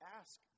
ask